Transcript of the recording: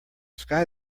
sky